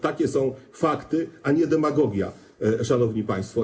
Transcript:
Takie są fakty, to nie demagogia, szanowni państwo.